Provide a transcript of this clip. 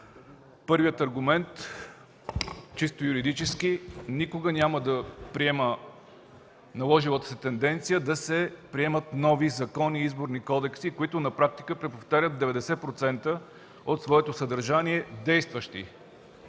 Първият аргумент – чисто юридически никога няма да приема наложилата се тенденция да се приемат нови закони и изборни кодекси, които на практика преповтарят 90% от своето съдържание в действащи